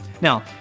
Now